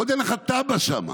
עוד אין לך תב"ע שם.